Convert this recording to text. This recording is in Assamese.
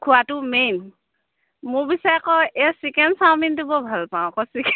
খোৱাটো মেইন মোৰ পিছে আকৌ এই চিকেন চাওমিনটো বৰ ভাল পাওঁ আকৌ চিকেন